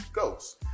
goes